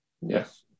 yes